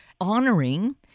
honoring